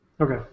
Okay